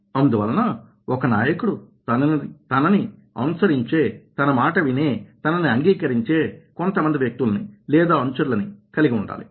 అందువలన ఒక నాయకుడు తనని అనుసరించే తన మాట వినే తనని అంగీకరించే కొంతమంది వ్యక్తులని లేదా అనుచరులని కలిగి ఉండాలి